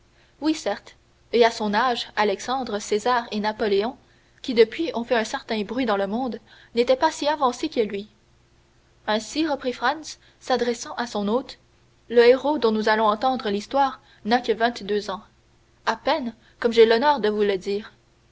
oui certes et à son âge alexandre césar et napoléon qui depuis ont fait un certain bruit dans le monde n'étaient pas si avancés que lui ainsi reprit franz s'adressant à son hôte le héros dont nous allons entendre l'histoire n'a que vingt-deux ans à peine comme j'ai eu l'honneur de vous le dire